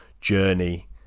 journey